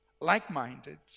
like-minded